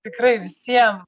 tikrai visiem